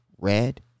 red